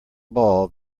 ball